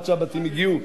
עד שהבתים הגיעו.